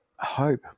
hope